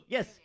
Yes